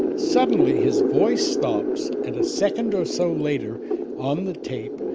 suddenly his voice stops and a second or so later on the tape,